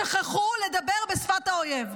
שכחו לדבר בשפת האויב.